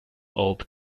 old